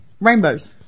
rainbows